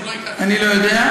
יכול להיות, אני לא יודע.